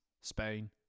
Spain